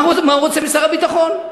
מה הוא רוצה ממשרד הביטחון?